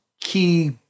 key